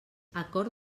acord